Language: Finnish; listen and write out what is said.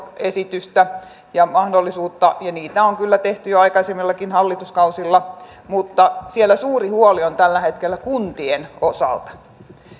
esitystä ja mahdollisuutta ja niitä on kyllä tehty jo aikaisemmillakin hallituskausilla mutta siellä suuri huoli on tällä hetkellä kuntien osalta